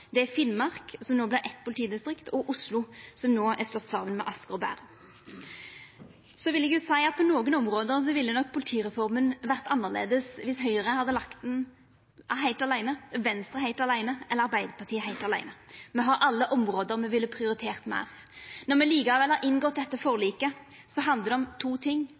Det er Finnmark, som no vert eitt politidistrikt, og Oslo, som no er slått saman med Asker og Bærum. Eg vil jo òg seia at på nokre område ville nok politireforma vore annleis viss Høgre, Venstre eller Arbeidarpartiet kvar for seg hadde lagt ho fram heilt aleine. Me har alle område me ville ha prioritert meir. Når me likevel har inngått dette forliket, handlar det om to ting: